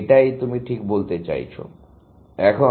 এটাই তুমি ঠিক বলতে চাইছো